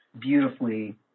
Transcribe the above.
beautifully